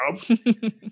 job